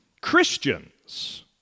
Christians